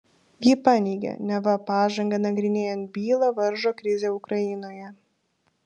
ji paneigė neva pažangą nagrinėjant bylą varžo krizė ukrainoje